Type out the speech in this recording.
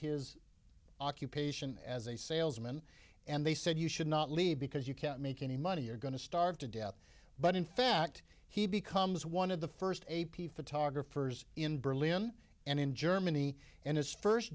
his occupation as a salesman and they said you should not leave because you can't make any money you're going to starve to death but in fact he becomes one of the first a p photographers in berlin and in germany and his first